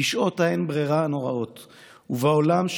בשעות האין-ברירה הנוראות / וּבָעוֹלָם,